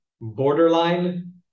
borderline